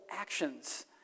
actions